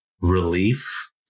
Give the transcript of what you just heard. relief